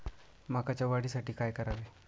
मकाच्या वाढीसाठी काय करावे?